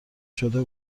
شده